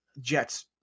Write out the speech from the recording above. Jets